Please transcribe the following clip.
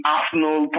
Arsenal